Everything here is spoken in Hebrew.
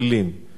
סנסנה וברוכין,